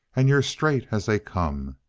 and you're straight as they come.